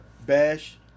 Bash